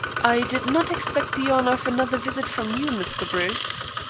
i did not expect the honor of another visit from you, mr. bruce.